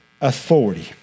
authority